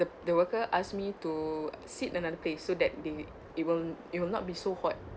the the worker asked me to sit another place so that they it won't it will not be so hot